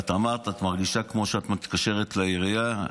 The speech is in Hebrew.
אמרת שאת מרגישה כאילו את מתקשרת לעירייה,